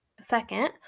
second